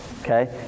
Okay